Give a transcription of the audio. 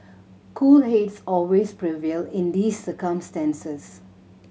cool heads always prevail in these circumstances